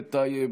נגד,